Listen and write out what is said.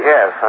Yes